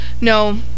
No